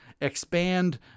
expand